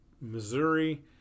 Missouri